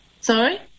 sorry